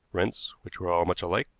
rents which were all much alike,